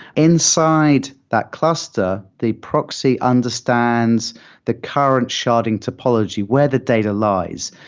inside that cluster, the proxy understands the current sharding topology where the data lies.